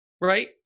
right